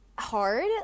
hard